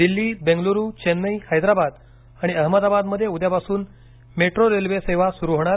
दिल्ली बेंगलुरू चेन्नेई हैदराबाद आणि अहमदाबादमध्ये उद्यापासून मेट्रो रेल्वे सेवा सुरू होणार